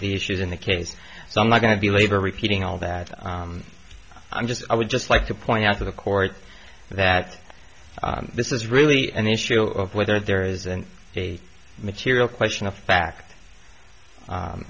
the issues in the case so i'm not going to belabor repeating all that i'm just i would just like to point out to the court that this is really an issue of whether there is an a material question of fact